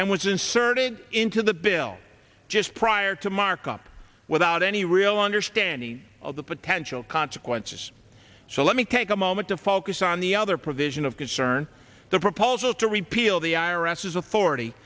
and was inserted into the bill just prior to markup without any real understanding of the potential consequences so let me take a moment to focus on the other provision of concern the proposal to repeal the i r s is a